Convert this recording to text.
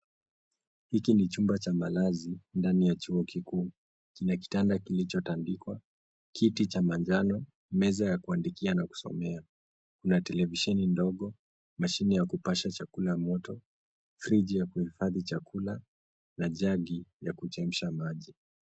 Hiki ni chumba cha malazi, ndani ya chuo kikuu. Kina kitanda kilichotandikwa, kiti cha manjano, meza ya kuandikia na kusomea. Kuna televisheni ndogo, mashine ya kupasha chakula moto, friji ya kuhifadhi chakula, na jagi ya kuchemsha maji.